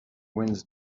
winds